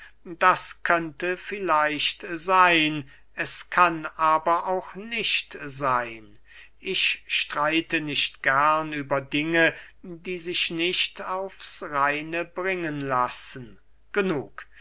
das könnte vielleicht seyn es kann aber auch nicht seyn ich streite nicht gern über dinge die sich nicht aufs reine bringen lassen genug